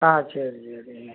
ஆ சரி சரிங்க